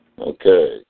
Okay